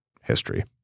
history